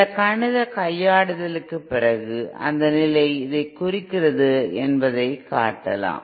சில கணித கையாளுதலுக்குப் பிறகு அந்த நிலை இதைக் குறைக்கிறது என்பதைக் காட்டலாம்